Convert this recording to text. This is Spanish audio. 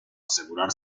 asegurar